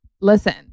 Listen